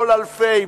כל אלפי,